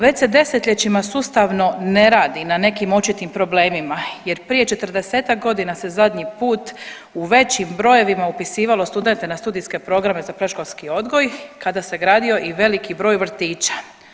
Već se desetljećima sustavno ne radi na nekim očitim problemima jer prije 40-ak godina se zadnji put u većim brojevima upisivalo studente na studijske programe za predškolski odgoj kada se gradio i veliki broj vrtića.